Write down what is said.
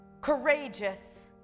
courageous